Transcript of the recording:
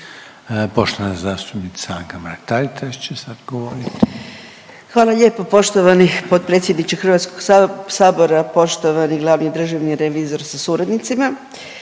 sabora. Poštovani glavni državni revizor sa suradnicima,